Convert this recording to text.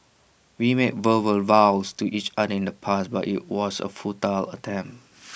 we made verbal vows to each other in the past but IT was A futile attempt